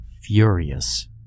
furious